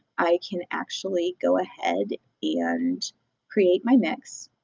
i can actually go ahead and create my mix.